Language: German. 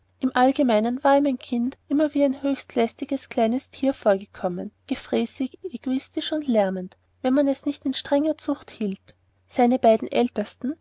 im allgemeinen war ihm ein kind immer wie ein höchst lästiges kleines tier vorgekommen gefräßig egoistisch und lärmend wenn man es nicht in strenger zucht hielt seine beiden